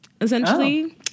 essentially